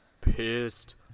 pissed